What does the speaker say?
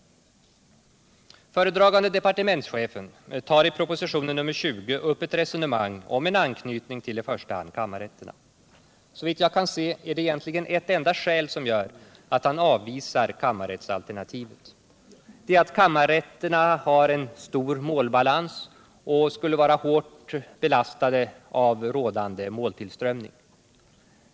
Föredragande departementschefen tar i propositionen 20 upp ett resonemang om en anknytning till i första hand kammarrätterna. Såvitt jag kan se är det egentligen ett enda skäl som gör att han avvisar kammarrättsalternativet, nämligen kammarrätternas stora målbalans och hårda belastning genom rådande måltillströmning.